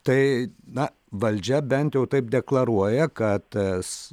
tai na valdžia bent jau taip deklaruoja kad tas